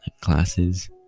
classes